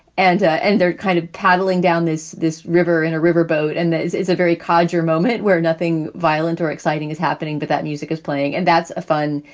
and and they're kind of paddling down this this river in a river boat. and there's is is a very coddler moment where nothing violent or exciting is happening. but that music is playing and that's a fun.